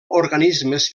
organismes